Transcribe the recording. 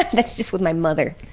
that's just with my mother.